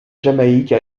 jamaïque